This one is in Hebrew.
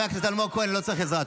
חבר הכנסת אלמוג כהן, אני לא צריך עזרה.